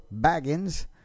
Baggins